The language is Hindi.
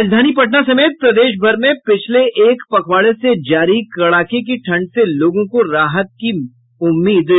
राजधानी पटना समेत प्रदेशभर में पिछले एक पखवाड़े से जारी कड़ाके की ठंड से लोगों को राहत की मिलने की उम्मीद